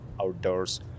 outdoors